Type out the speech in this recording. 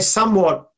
somewhat